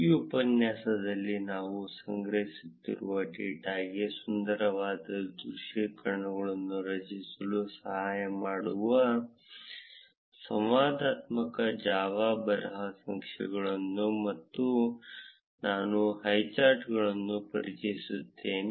ಈ ಉಪನ್ಯಾಸದಲ್ಲಿ ನಾವು ಸಂಗ್ರಹಿಸುತ್ತಿರುವ ಡೇಟಾಗೆ ಸುಂದರವಾದ ದೃಶ್ಯೀಕರಣಗಳನ್ನು ರಚಿಸಲು ಸಹಾಯ ಮಾಡುವ ಸಂವಾದಾತ್ಮಕ ಜಾವಾ ಬರಹ ನಕ್ಷೆಗಳನ್ನು ನಾನು ಹೈಚಾರ್ಟ್ಗಳನ್ನು ಪರಿಚಯಿಸುತ್ತೇನೆ